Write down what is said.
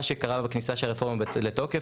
מה שקרה בכניסה של הרפורמה לתוקף,